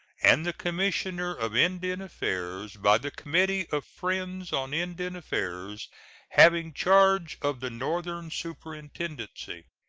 and the commissioner of indian affairs by the committee of friends on indian affairs having charge of the northern superintendency,